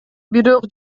бирок